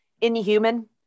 inhuman